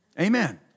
Amen